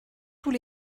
tous